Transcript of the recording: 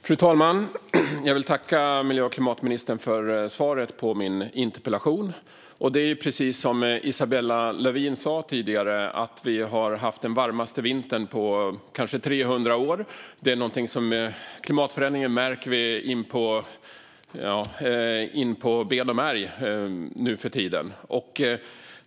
Fru talman! Jag vill tacka miljö och klimatministern för svaret på min interpellation. Det är precis som Isabella Lövin sa tidigare: Vi har haft den varmaste vintern på kanske 300 år. Klimatförändringen märker vi nu för tiden av genom märg och ben.